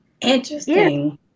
Interesting